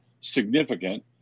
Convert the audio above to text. significant